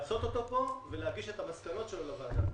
לקיים אותו פה, ולהגיש את המסקנות שלו לוועדה.